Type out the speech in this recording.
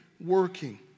working